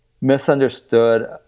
misunderstood